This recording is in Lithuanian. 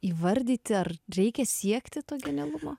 įvardyti ar reikia siekti to genialumo